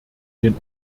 den